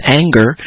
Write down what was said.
anger